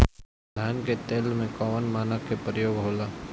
धान के तौल में कवन मानक के प्रयोग हो ला?